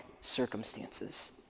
circumstances